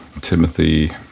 timothy